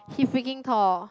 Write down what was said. he's freaking tall